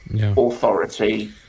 authority